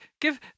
give